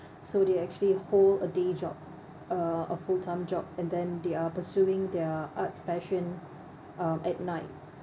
so they actually hold a day job uh a full time job and then they are pursuing their arts passion um at night